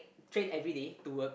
train everyday to work